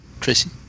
Tracy